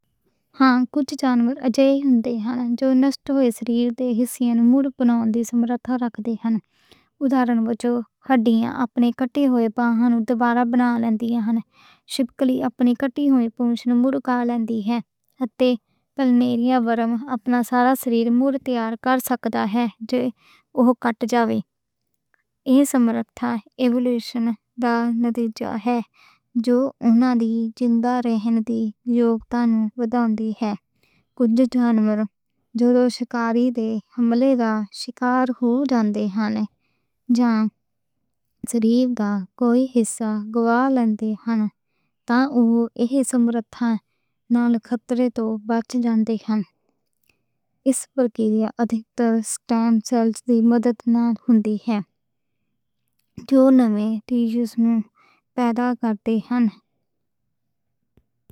ہاں کچھ جانور موجود ہن جو نَشٹ ہوئے شریر دے حصّے مُڑ بنا سکدے ہن۔ جِویں ستارہ مچھلی اپنے کٹے ہوئے بانہاں مُڑ بنا لَندی ہے۔ چھپکلی اپنی کٹی ہوئی پونچھ مُڑ اُگا لَندی ہے۔ اتے پلینریا ورم اپنا سارا شریر مُڑ تیار کر سکدا ہے، جو اوہ کٹ جاون۔ ایہ سمرتھا ایوولوشن دا نتیجہ ہے۔ جِدوں اوہ شکاری دے حملے دا شکار ہو جاندے ہن۔ جان ضروری دا کوئی حصّہ گوا لَندے ہن۔ تاں اوہ اس سمرتھا نال خطرے توں بچ جان دے ہن۔ ایہ پرکار ادھک تر سٹیم سیلز دی مدد نال ہُندی ہے۔ جو نویں ٹیشوز مُڑ پیدا کردے ہن۔